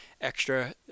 extra